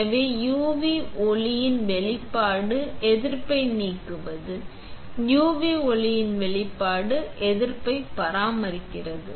எனவே UV ஒளியின் வெளிப்பாடு எதிர்ப்பை நீக்குகிறது UV ஒளியின் வெளிப்பாடு எதிர்ப்பை பராமரிக்கிறது